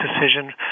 decision